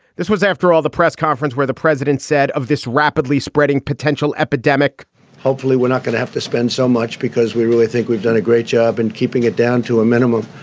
this was, after all, the press conference where the president said of this rapidly spreading potential epidemic hopefully we're not going to have to spend so much because we really think we've done a great job in keeping it down to a minimum.